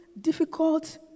difficult